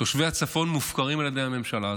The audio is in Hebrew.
תושבי הצפון מופקרים על ידי הממשלה הזאת,